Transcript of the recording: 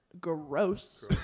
Gross